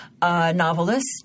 Novelist